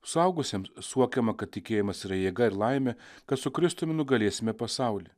suaugusiems suokiama kad tikėjimas yra jėga ir laimė kad su kristumi nugalėsime pasaulį